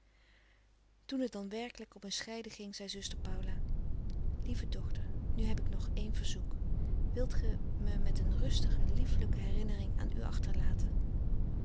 toen t dan werkelijk op een scheiden ging zei zuster paula lieve dochter nu heb ik nog een verzoek wilt ge me met een rustige liefelijke herinnering aan u achterlaten